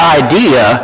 idea